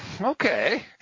okay